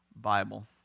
Bible